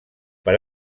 per